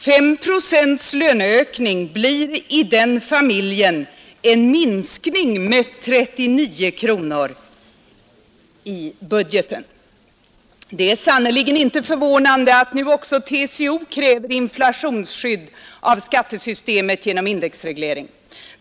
5 procents löneökning ger i den familjen en minskning med 39 kronor i budgeten. Det är sannerligen inte förvånande att nu också TCO kräver inflationsskydd av skattesystemet genom indexreglering.